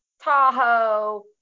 Tahoe